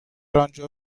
انجا